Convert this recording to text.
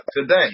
today